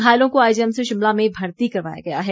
घायलों को आईजीएमसी शिमला में भर्ती करवाया गया है